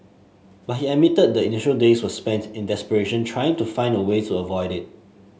but he admitted the initial days were spent in desperation trying to find a way to avoid it